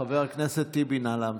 חבר הכנסת טיבי, נא להמשיך.